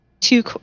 two